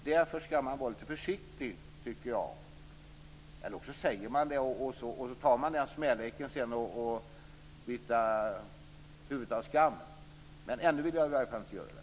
Därför tycker jag att man skall vara lite försiktig, eller också får man sedan ta smäleken och bita huvudet av skam. Men ännu vill jag i alla fall inte göra det.